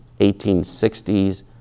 1860s